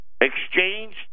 exchange